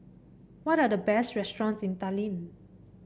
what are the best restaurants in Tallinn